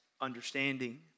understanding